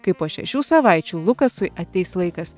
kai po šešių savaičių lukasui ateis laikas